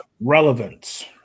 relevance